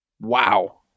Wow